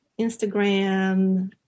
Instagram